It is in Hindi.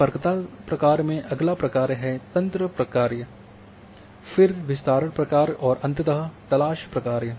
सम्पर्कता प्रक्रिया में अगला प्रक्रिया है तंत्र प्रक्रिया फिर विस्तारण प्रक्रिया और अंततः तलाश प्रक्रिया